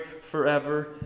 forever